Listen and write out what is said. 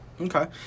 Okay